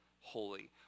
holy